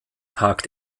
tagt